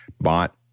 bought